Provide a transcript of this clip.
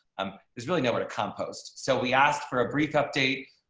um there's really nowhere to compost. so we asked for a brief update